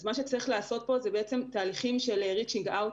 מה שצריך לעשות פה זה תהליכים של reaching out,